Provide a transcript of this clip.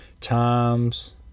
times